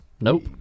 Nope